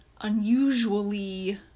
unusually